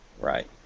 Right